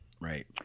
Right